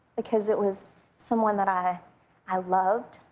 because it was someone that i i loved,